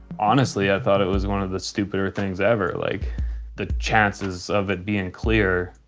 honestly, i thought it was one of the stupider things ever, like the chances of it being clear,